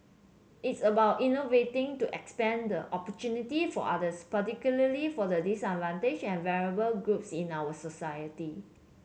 it's about innovating to expand the opportunity for others particularly for the disadvantaged and vulnerable groups in our society